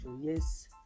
yes